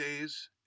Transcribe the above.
days